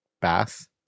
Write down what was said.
bath